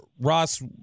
Ross